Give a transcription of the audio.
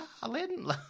darling